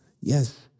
Yes